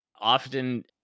often